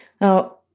Now